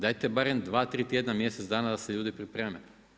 Dajte barem dva, tri tjedna, mjesec dana da se ljudi pripreme.